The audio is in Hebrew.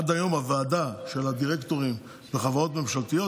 עד היום הוועדה של הדירקטורים בחברות ממשלתיות